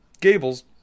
Gables